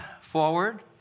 forward